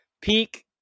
peak